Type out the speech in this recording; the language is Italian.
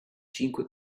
cinque